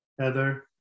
Heather